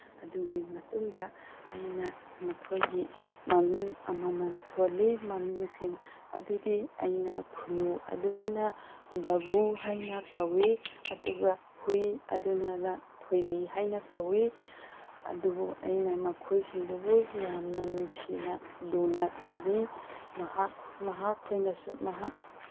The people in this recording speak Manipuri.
ꯑꯗꯨꯒꯤ ꯃꯇꯨꯡꯗ ꯑꯩꯅ ꯃꯈꯣꯏꯒꯤ ꯃꯃꯤꯡ ꯑꯃꯃꯝ ꯊꯣꯜꯂꯤ ꯃꯃꯤꯡꯁꯤꯡ ꯑꯗꯨꯗꯤ ꯑꯩꯅ ꯈꯨꯅꯨ ꯑꯗꯨꯗꯅ ꯕꯕꯨ ꯍꯥꯏꯅ ꯀꯧꯏ ꯑꯗꯨꯒ ꯍꯨꯏ ꯑꯗꯨꯗꯅ ꯊꯣꯏꯕꯤ ꯍꯥꯏꯅ ꯀꯧꯏ ꯑꯗꯨꯕꯨ ꯑꯩꯅ ꯃꯈꯣꯏꯁꯤꯡꯗꯨꯕꯨ ꯌꯥꯝꯅ ꯅꯨꯡꯁꯤꯅ ꯂꯨꯅ ꯇꯧꯕꯤ ꯃꯍꯥꯛ ꯃꯍꯥꯛꯈꯣꯏꯅꯁꯨ ꯃꯍꯥꯛ